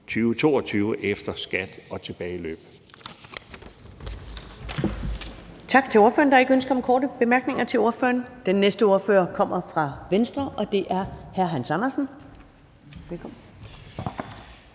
2022 efter skat og tilbageløb.